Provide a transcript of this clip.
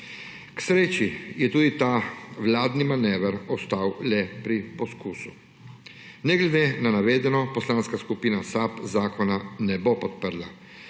K sreči je tudi ta vladni manever ostal le pri poskusu. Ne glede na navedeno Poslanska skupina SAB zakona ne bo podprla,